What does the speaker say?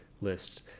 list